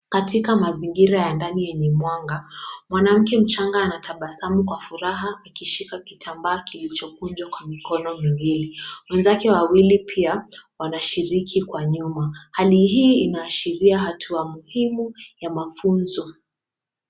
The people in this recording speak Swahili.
Katika mazingira ya ndani yenye mwanga, mwanamke mchanga anatabasamu kwa furaha akishika kitambaa kilichokunjwa kwa mkono miwili. Wenzake wawili pia wanashiriki kwa nyuma hali hii inahashiria hatua muhimu ya mafunzo.